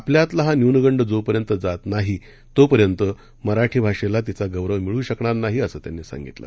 आपल्यातला हा न्युनगंड जोपर्यंत जात नाही तोपर्यंत मराठी भाषेला तीचा गौरव मिळू शकणार नाही असं त्यांनी सांगितलं